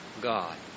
God